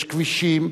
יש כבישים,